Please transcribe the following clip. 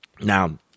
Now